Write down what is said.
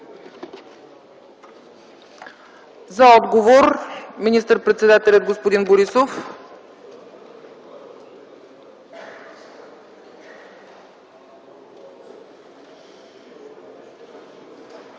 има думата министър-председателят господин Борисов.